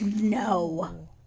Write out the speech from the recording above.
no